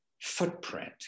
footprint